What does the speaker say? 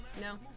No